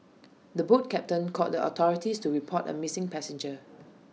the boat captain called the authorities to report A missing passenger